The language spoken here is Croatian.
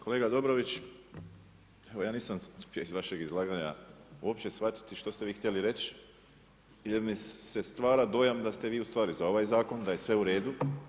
Kolega Dobrović, evo ja nisam uspio iz vašeg izlaganja uopće shvatiti što te vi htjeli reći i da mi se stvara dojam da ste vi ustvari za ovaj zakon, da je sve uredu.